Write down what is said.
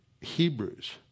Hebrews